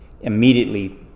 Immediately